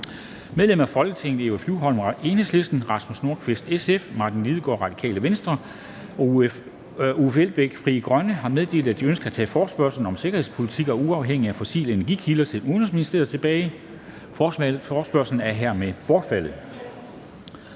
Medlemmer af Folketinget Eva Flyvholm (EL), Rasmus Nordqvist (SF), Martin Lidegaard (RV) og Uffe Elbæk (FG) har meddelt, at de ønsker at tage forespørgsel om sikkerhedspolitik og uafhængighed af fossile energikilder til udenrigsministeren tilbage. (Forespørgsel nr. F 28).